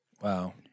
wow